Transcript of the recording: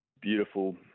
beautiful